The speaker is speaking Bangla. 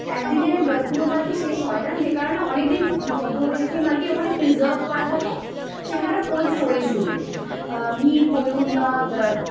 একদিনে পুরো মালটি শেষ হয় না যে কারণে অনেক দিন ধরে সেই মালটি ওখানে প্রিজারভ করা থাকে সেখানের কোল্ড স্টোরেজ রুমে মিট বলুন বা